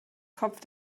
kopf